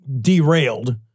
derailed